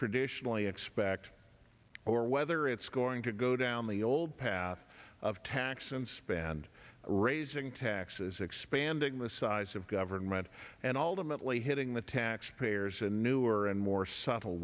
traditionally expect or whether it's going to go down the old path of tax and spend raising taxes landing the size of government and ultimately hitting the taxpayers a newer and more subtle